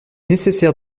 nécessaire